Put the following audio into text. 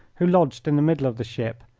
who lodged in the middle of the ship,